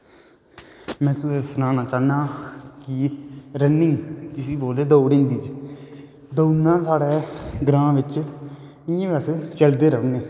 में तुसेगी सनाना चाहना रन्निग जिसगी बोलदे दौड हिन्दी च दौड़ना साडा ग्रां बिच इयां बेसे चलदा गै रोंहदा